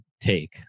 take